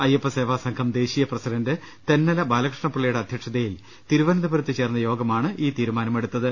അയ്യപ്പസേവാസംഘം ദേശീയ president Thennala ബാലകൃഷ്ണപിള്ളയുടെ അധ്യക്ഷതയിൽ തിരുവനന്തപുരത്ത് ചേർന്ന യോഗമാണ് ഈ തീരുമാനമെടുത്തത്